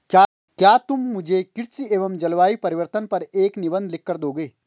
क्या तुम मुझे कृषि एवं जलवायु परिवर्तन पर एक निबंध लिखकर दोगे?